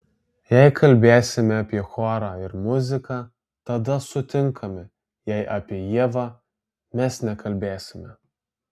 jei kalbėsime apie chorą ir muziką tada sutinkame jei apie ievą mes nekalbėsime